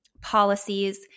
policies